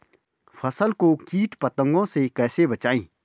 फसल को कीट पतंगों से कैसे बचाएं?